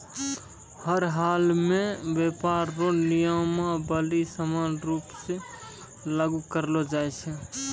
हर हालमे व्यापार रो नियमावली समान रूप से लागू करलो जाय छै